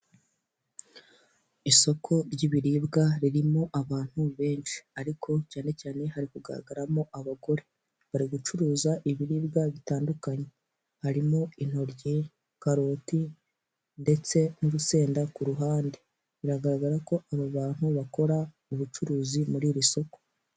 Isoko ry'ibiribwa ririmo abantu benshi ariko cyane cyane hari kugaragaramo abagore, bari gucuruza ibiribwa bitandukanye, harimo intoryi karoti ndetse n'urusenda ku ruhande. biragaragara ko aba bantu bakora ubucuruzi muri iri soko.